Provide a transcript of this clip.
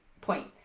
point